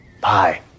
bye